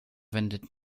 wendet